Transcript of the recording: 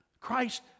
Christ